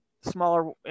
Smaller